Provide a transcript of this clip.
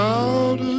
out